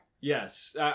Yes